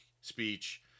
speech